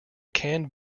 canned